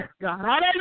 God